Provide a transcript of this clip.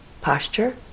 posture